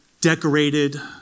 Decorated